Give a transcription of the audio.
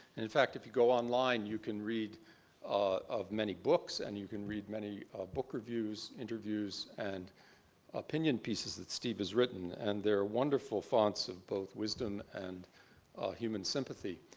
in fact, if you go online, you can read of many books, and you can read many book reviews, interviews, and opinion pieces that steve has written, and they are wonderful fonts of both wisdom and human sympathy.